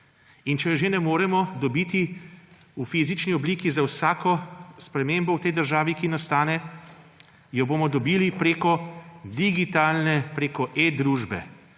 In če je že ne moremo dobiti v fizični obliki za vsako spremembo v tej državi, ki nastane, jo bomo dobili preko digitalne, preko e-družbe.